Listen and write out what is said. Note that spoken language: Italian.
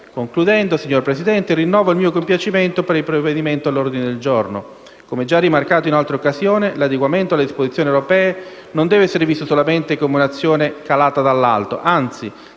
Concludendo, signora Presidente, rinnovo il mio compiacimento per il provvedimento all'ordine del giorno. Come già rimarcato in altre occasioni, l'adeguamento alle disposizioni europee non deve essere visto solamente come una azione calata dall'alto, anzi,